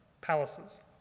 palaces